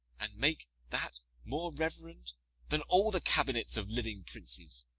and make that more reverend than all the cabinets of living princes.